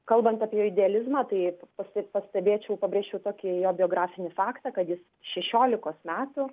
kalbant apie jo idealizmą tai pa pastebėčiau pabrėžčiau jo tokį biografinį faktą kad jis šešiolikos metų